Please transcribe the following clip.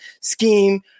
scheme